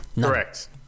Correct